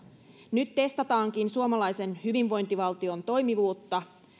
nyt testataankin suomalaisen hyvinvointivaltion toimivuutta